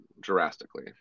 drastically